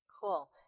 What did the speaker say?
Cool